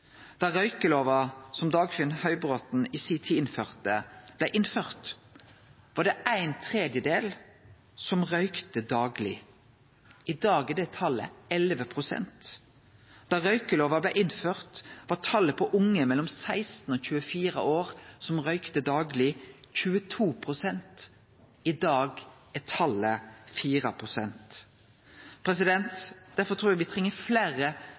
der politisk handling førte til svært gode resultat. Da røykjelova blei innført av Dagfinn Høybråten i si tid, var det ein tredjedel som røykte dagleg. I dag er det talet 11 pst. Da røykjelova blei innført, var talet på unge mellom 16 og 24 år som røykte dagleg, 22 pst. – i dag er talet 4 pst. Derfor trur eg me treng fleire